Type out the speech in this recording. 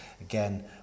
Again